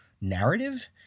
narrative